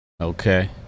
Okay